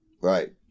right